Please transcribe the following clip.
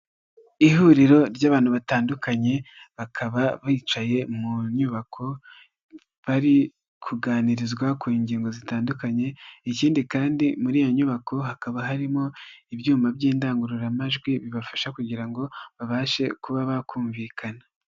Ihuriro ry'abantu batandukanye bakaba bicaye mu nyubako bari kuganirizwa ku ngingo zitandukanye ikindi kandi muri iyo nyubako hakaba harimo ibyuma by'indangururamajwi bibafasha kugira ngo babashe kuba bakumvikana.